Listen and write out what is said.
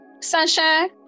Sunshine